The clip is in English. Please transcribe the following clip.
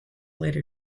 later